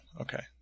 Okay